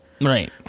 Right